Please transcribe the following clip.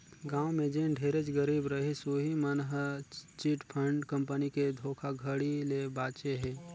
गाँव में जेन ढेरेच गरीब रहिस उहीं मन हर चिटफंड कंपनी के धोखाघड़ी ले बाचे हे